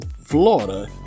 Florida